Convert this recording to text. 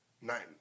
nine